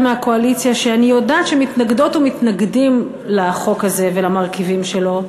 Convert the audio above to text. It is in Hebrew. מהקואליציה שאני יודעת שמתנגדות ומתנגדים לחוק הזה ולמרכיבים שלו,